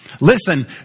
Listen